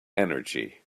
energy